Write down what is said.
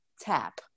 tap